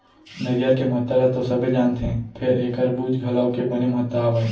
नरियर के महत्ता ल तो सबे जानथें फेर एकर बूच घलौ के बने महत्ता हावय